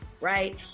right